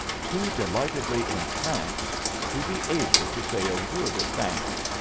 too delightedly entranced to be able to say a word of thanks.